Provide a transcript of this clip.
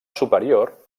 superior